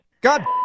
God